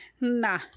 nah